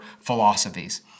philosophies